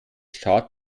schad